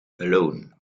alone